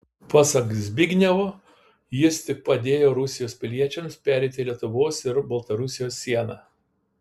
pasak zbignevo jis tik padėjo rusijos piliečiams pereiti lietuvos ir baltarusijos sieną